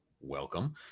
Welcome